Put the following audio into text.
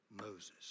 Moses